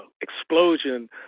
explosion